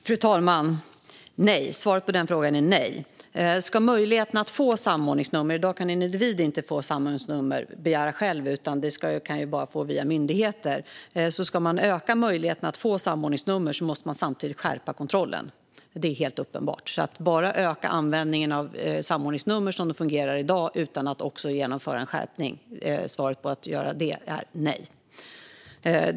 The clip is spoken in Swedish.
Fru talman! Svaret på den frågan är nej. I dag kan en individ inte begära samordningsnummer själv, utan det kan bara gå via myndigheter. Ska man öka möjligheten att få samordningsnummer måste man samtidigt skärpa kontrollen. Det är helt uppenbart. Att bara öka användningen av samordningsnummer som det fungerar i dag utan att också genomföra en skärpning ska inte ske.